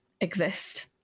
exist